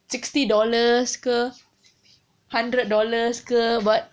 sixty dollars ke hundred dollars ke but